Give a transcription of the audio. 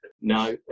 no